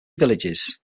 villages